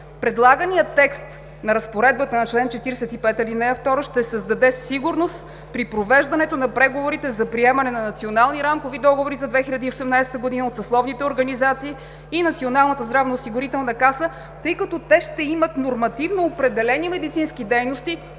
Предлаганият текст на разпоредбата на чл. 45, ал. 2 ще създаде сигурност при провеждането на преговорите за приемане на национални рамкови договори за 2018 г. от съсловните организации и Националната здравноосигурителна каса, тъй като те ще имат нормативно определени медицински дейности,